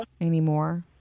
anymore